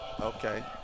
Okay